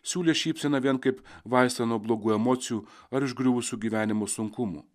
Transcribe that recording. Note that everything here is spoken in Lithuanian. siūlė šypseną vien kaip vaistą nuo blogų emocijų ar išgriuvusių gyvenimo sunkumų